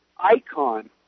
icon